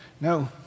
no